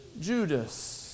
Judas